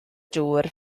dŵr